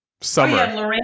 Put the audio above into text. summer